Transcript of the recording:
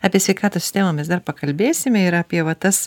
apie sveikatos temomis dar pakalbėsime ir apie va tas